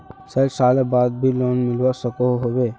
सैट सालेर बाद भी लोन मिलवा सकोहो होबे?